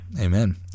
Amen